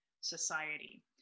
society